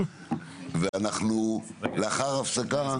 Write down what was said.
ואנחנו לאחר הפסקה .